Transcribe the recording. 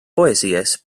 poesies